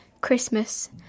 Christmas